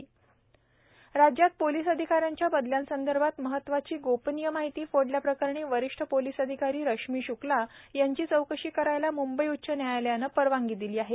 रश्मी श्क्ला राज्यात पोलीस अधिकाऱ्यांच्या बदल्यांसंदर्भात महत्वाची गोपनीय माहिती फोडल्याप्रकरणी वरिष्ठ पोलीस अधिकारी रश्मी शुक्ला यांची चौकशी करायला मुंबई उच्च न्यायालयानं परवानगी दिली आहे